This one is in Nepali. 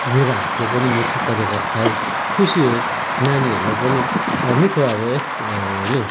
मेरो हातको पनि मिठो परिकार खाओस् खुसी होस् नानीहरूलाई पनि मिठो अब होइन